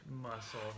muscle